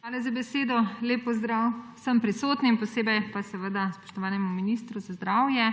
Hvala za besedo. Lep pozdrav vsem prisotnim, posebej pa seveda spoštovanemu ministru za zdravje!